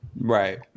Right